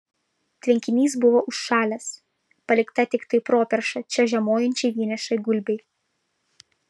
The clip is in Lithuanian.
tvenkinys buvo užšalęs palikta tiktai properša čia žiemojančiai vienišai gulbei